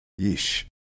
Yeesh